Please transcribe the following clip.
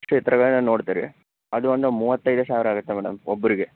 ಕ್ಷೇತ್ರಗಳನ್ನು ನೋಡ್ತೀರಿ ಅದು ಒಂದು ಮೂವತ್ತೈದು ಸಾವಿರ ಆಗತ್ತೆ ಮೇಡಮ್ ಒಬ್ಬರಿಗೆ